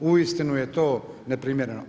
Uistinu je to neprimjeren.